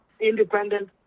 independent